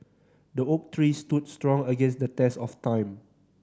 the oak tree stood strong against the test of time